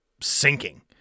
sinking